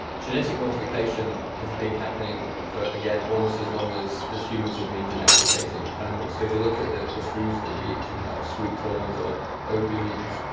genetic modification has been happening for, again, almost as long as as humans have been domesticating animals. so if you look at the the foods that we eat, things like sweet corn or aubergines,